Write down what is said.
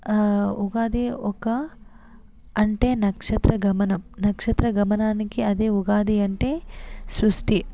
ఉగాది ఒక అంటే నక్షత్ర గమనం నక్షత్ర గమనానికి అది ఉగాది అంటే సృష్టి